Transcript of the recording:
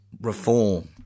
reform